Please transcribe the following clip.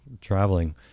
traveling